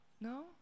No